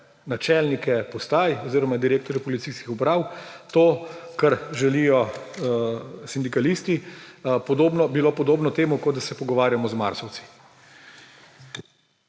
načelnike postaj oziroma direktorje policijskih uprav – to, kar želijo sindikalisti –, bilo podobno temu, kot da se pogovarjamo z marsovci.